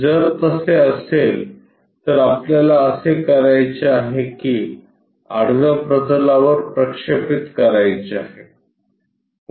जर असे असेल तर आपल्याला असे करायचे आहे की आडव्या प्रतलावर प्रक्षेपित करायचे आहे